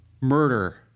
murder